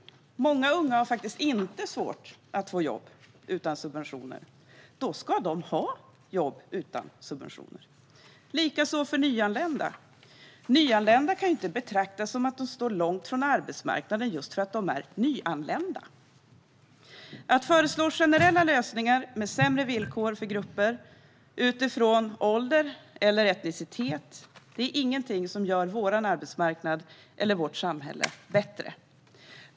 Många unga har faktiskt inte alls svårt att få jobb utan subventioner. Då ska de också ha jobb utan subventioner. Samma sak gäller för nyanlända. Nyanlända kan inte betraktas som att de står långt från arbetsmarknaden bara för att de är nyanlända. Att föreslå generella lösningar med sämre villkor för grupper utifrån ålder eller etnicitet är ingenting som gör vår arbetsmarknad eller vårt samhälle bättre.